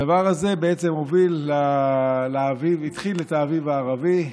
הדבר הזה התחיל את האביב הערבי.